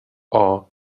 are